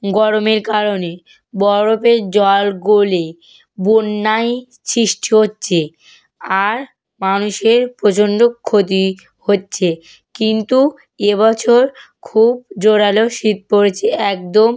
গরমের কারণে বরফের জল গলে বন্যাই সৃষ্টি হচ্ছে আর মানুষের প্রচন্ড ক্ষতি হচ্ছে কিন্তু এবছর খুব জোরালো শীত পড়েছে একদম